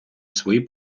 свої